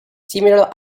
similar